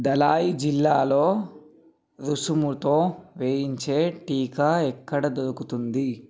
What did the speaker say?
దలాయ్ జిల్లాలో రుసుముతో వేయించే టీకా ఎక్కడ దొరుకుతుంది